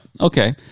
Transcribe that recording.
Okay